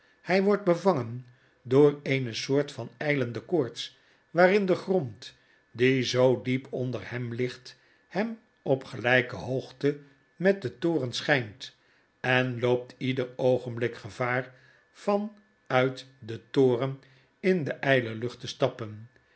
hfl wordt bevangen door eene soort van ijlende koorts waarin de grond die zoo diep onder hem ligt hem op gelpe hoogte met den toren schynt en loopt ieder oogenblik gevaar van uit den toren in de ijle lucht te stappen